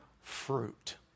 fruit